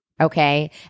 Okay